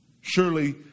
Surely